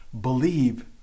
believe